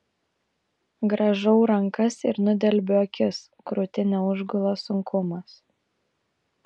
grąžau rankas ir nudelbiu akis krūtinę užgula sunkumas